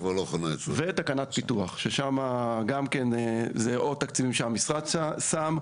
ותקנת פיתוח ששם גם כן או תקציבים שהמשרד שם,